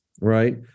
Right